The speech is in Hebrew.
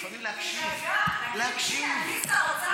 לפעמים להקשיב, תירגע, אני שר אוצר?